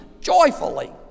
joyfully